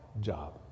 job